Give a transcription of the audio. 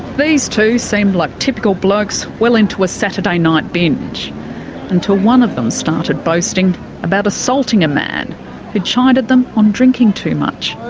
these two seemed like typical blokes well into a saturday night binge until one of them started boasting about assaulting a man who'd chided them on drinking too much.